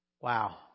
Wow